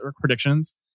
predictions